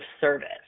service